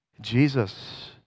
Jesus